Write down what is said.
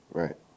right